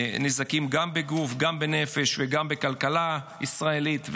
נזקים גם בגוף, גם בנפש וגם בכלכלה הישראלית.